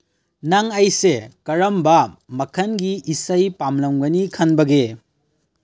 ꯅꯪ ꯑꯩꯁꯦ ꯀꯔꯝꯕ ꯃꯈꯟꯒꯤ ꯏꯁꯩ ꯄꯥꯝꯂꯝꯒꯅꯤ ꯈꯟꯕꯒꯦ